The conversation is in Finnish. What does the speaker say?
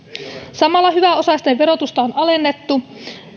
samalla hyväosaisten verotusta on alennettu sipilän